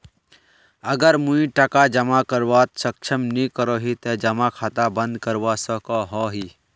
अगर मुई टका जमा करवात सक्षम नी करोही ते जमा खाता बंद करवा सकोहो ही?